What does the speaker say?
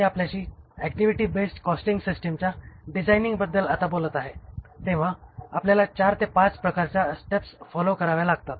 मी आपल्याशी activity based costing सिस्टमच्या डिझायनिंगबद्दल आता बोलत आहे तेव्हा आपल्याला 4 ते 5 प्रकारचा स्टेप्स फॉलो कराव्या लागतात